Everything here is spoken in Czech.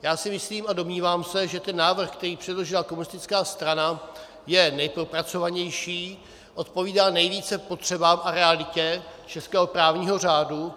Já si myslím a domnívám se, že ten návrh, který předložila komunistická strana, je nejpropracovanější, odpovídá nejvíce potřebám a realitě českého právního řádu.